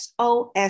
SOS